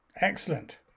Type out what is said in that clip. Excellent